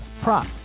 prop